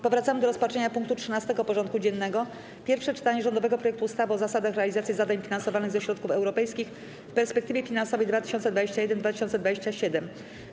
Powracamy do rozpatrzenia punktu 13. porządku dziennego: Pierwsze czytanie rządowego projektu ustawy o zasadach realizacji zadań finansowanych ze środków europejskich w perspektywie finansowej 2021-2027.